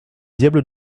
diable